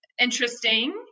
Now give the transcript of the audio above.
interesting